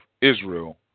Israel